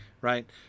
right